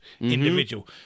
individual